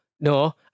no